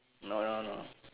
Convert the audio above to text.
no no no